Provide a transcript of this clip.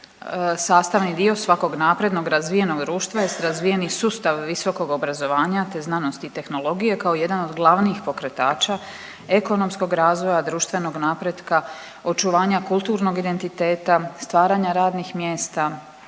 sastavni dio svakog naprednog razvijenog društva jest razvijeni sustav visokog obrazovanja, te znanosti i tehnologije kao jedan od glavnih pokretača ekonomskog razvoja, društvenog napretka, očuvanja kulturnog identiteta, stvaranja radnih mjesta,